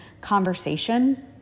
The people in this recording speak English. conversation